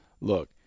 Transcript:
Look